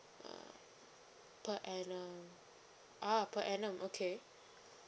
ah per annum ah per annum okay